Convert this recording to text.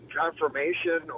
confirmation